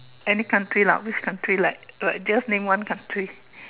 any country lah which country like like just name one country